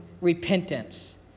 repentance